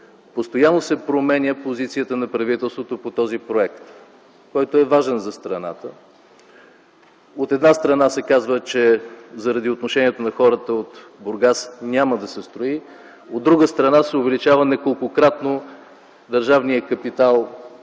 Постоянно се променя позицията на правителството по този проект, който е важен за страната. От една страна се казва, че заради отношението на хората от Бургас, няма да се строи. От друга страна се увеличава неколкократно държавният капитал